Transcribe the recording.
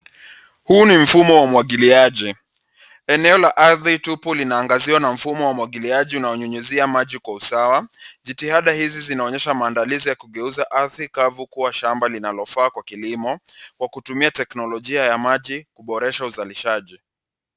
Huu ni mfumo wa umwagiliaji. Eneo la ardhi tupu linaangaziwa na mfumo wa umwagiliaji unaonyunyizia maji kwa usawa. Jitihada hizi zinaonyesha maandalizi ya kugeuza ardhi kavu kuwa shamba linalofaa kwa kilimo kwa kutumia teknolojia ya maji kuboresha uzalishaji.